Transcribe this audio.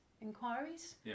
inquiries